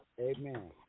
Amen